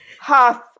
half